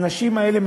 האנשים האלה,